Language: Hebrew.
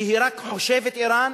שרק חושבת אירן,